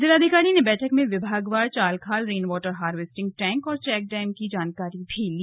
जिलाधिकारी ने बैठक में विभागवार चाल खाल रेन वॉटर हार्वेस्टिंग टैंक और चेक डैम की जानकारी भी ली